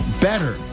better